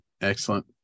excellent